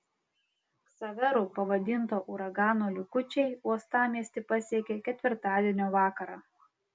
ksaveru pavadinto uragano likučiai uostamiestį pasiekė ketvirtadienio vakarą